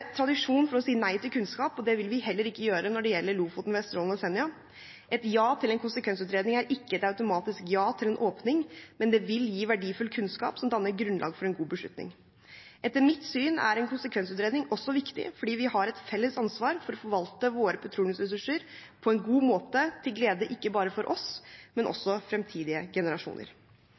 tradisjon for å si nei til kunnskap, og det vil vi heller ikke gjøre når det gjelder Lofoten, Vesterålen og Senja. Et ja til konsekvensutredning er ikke et automatisk ja til åpning, men det vil gi verdifull kunnskap som kan danne grunnlag for en god beslutning. Etter mitt syn er en konsekvensutredning også viktig fordi vi har et felles ansvar for å forvalte våre petroleumsressurser på en god måte til glede ikke bare for oss, men også for framtidige generasjoner.